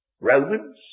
Romans